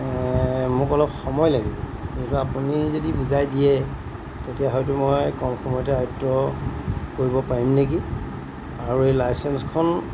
মোক অলপ সময় লাগিব কিন্তু আপুনি যদি বুজাই দিয়ে তেতিয়া হয়তো মই কম সময়তে আয়ত্ব কৰিব পাৰিম নেকি আৰু এই লাইচেঞ্চখন